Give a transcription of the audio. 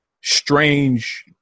strange